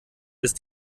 ist